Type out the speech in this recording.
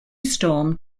storm